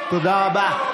תודה רבה.